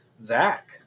Zach